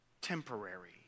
Temporary